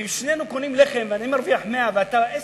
ואם שנינו קונים לחם, ואני מרוויח 100 ואתה 10,